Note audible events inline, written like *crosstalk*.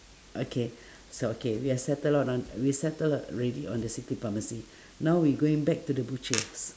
okay *breath* so okay we are settled out on we settle ready on the city pharmacy *breath* now we going back to the butcher's